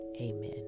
amen